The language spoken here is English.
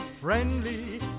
Friendly